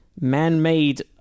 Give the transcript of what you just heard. man-made